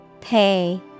Pay